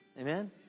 Amen